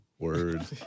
word